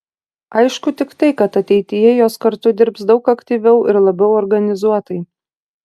aišku tik tai kad ateityje jos kartu dirbs daug aktyviau ir labiau organizuotai